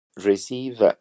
receive